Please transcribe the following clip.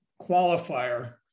qualifier